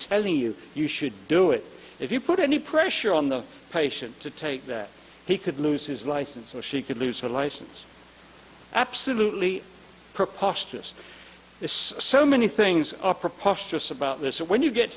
telling you you should do it if you put any pressure on the patient to take that he could lose his license so she could lose her license absolutely preposterous it's so many things opera posterous about this and when you get